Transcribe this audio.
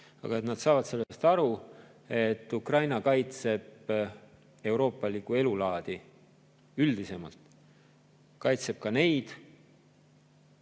Aga nad saavad sellest aru, et Ukraina kaitseb euroopalikku elulaadi üldisemalt, kaitseb ka neid,